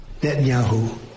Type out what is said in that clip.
Netanyahu